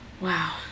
Wow